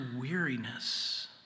weariness